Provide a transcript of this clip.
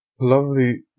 Lovely